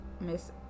Miss